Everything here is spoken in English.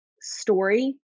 story